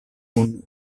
kun